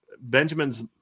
Benjamin's